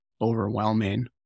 overwhelming